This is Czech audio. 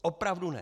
Opravdu ne.